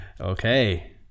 Okay